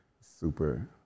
super